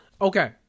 Okay